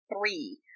three